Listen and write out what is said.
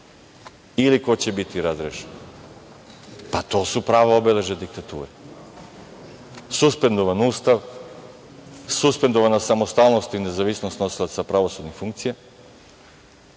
ili ko će biti razrešen. Pa, to su prava obeležja diktature – suspendovan Ustav, suspendovana samostalnost i nezavisnost nosilaca pravosudnih funkcija.